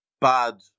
bad